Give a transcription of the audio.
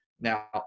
Now